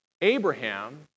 Abraham